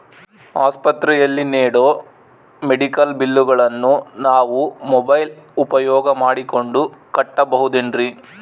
ಆಸ್ಪತ್ರೆಯಲ್ಲಿ ನೇಡೋ ಮೆಡಿಕಲ್ ಬಿಲ್ಲುಗಳನ್ನು ನಾವು ಮೋಬ್ಯೆಲ್ ಉಪಯೋಗ ಮಾಡಿಕೊಂಡು ಕಟ್ಟಬಹುದೇನ್ರಿ?